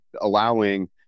allowing